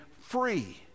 free